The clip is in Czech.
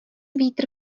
vítr